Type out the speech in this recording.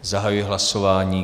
Zahajuji hlasování.